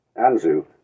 Anzu